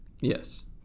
Yes